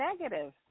negative